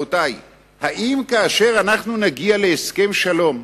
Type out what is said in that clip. האם כאשר אנחנו נגיע להסכם שלום